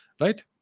right